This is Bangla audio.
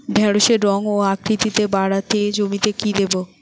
ঢেঁড়সের রং ও আকৃতিতে বাড়াতে জমিতে কি দেবো?